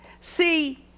See